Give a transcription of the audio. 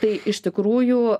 tai iš tikrųjų